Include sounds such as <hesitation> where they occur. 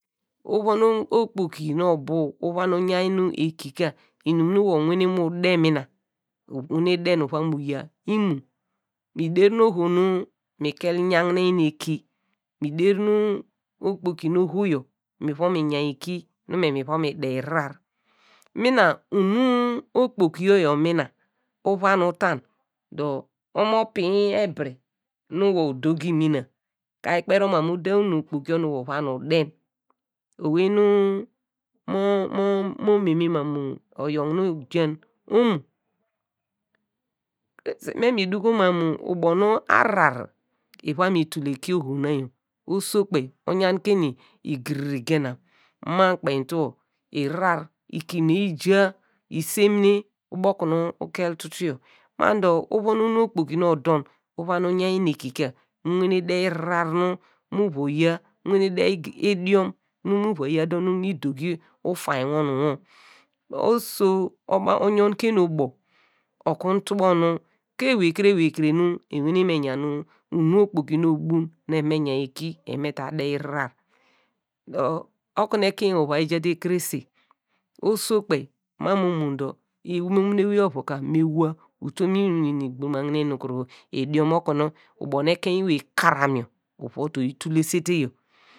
Uvon okpoki nu obuw uva yanyi nu eki ka lnum nu nor uiwane mu de mina, uwane de uva mu yin imo, mi derim nu oho nu nu kel yangnen eki, mi derin okpoki nu oho yor miva mi yanyi eki nu me miva mi de ahrar, mina lnu okpoki yor mina uva nu uta dor omo- pinyi ebire nu wor udogi mina, ka ekperi wor mam mu ude unu okpoki nu oja mina nu wor uva nu ude owey nu <hesitation> mo iveme mam mu oyor nu ijan omo <hesitation> krese me mi duko mam mu ubo nu ahrar iva mi tul eki oho na yor oso kpe oyan ke em lgiri genam ma kpe tuo lhrar lkimine yi ja, lsemine ubo okunu ukel tutu yor mam dor uvon unu okpoki nu odor uva yanyi nu eki ka nu wane de lhrar nu muva yia mu wane de ldiom nu muva yia dor nu mi dogi ufain wor nu wor. oso oyonke eni ubo okunu tubo nu. ku ewey kire ewey kire nu ewane me yanu unu okpoki nu obu nu eva me yanyi eki wa me ta de lhrar, dor okunu ekein ewey ova yi ja te krese oso kpe mam omo dor imomimi ewey ovu ka me wua utum lnum nu igbulamagne nu ldiom okunu, ubo ekein ewey karam yor ova yi tulesete yor.